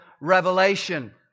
revelation